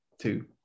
two